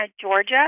Georgia